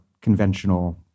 conventional